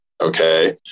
okay